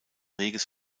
reges